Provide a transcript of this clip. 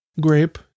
Grape